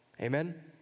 Amen